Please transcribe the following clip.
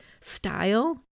style